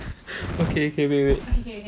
okay okay wait wait wait